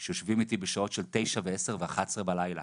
הם יושבים אתי בשעה תשע, עשר ואחת עשרה בלילה